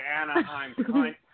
Anaheim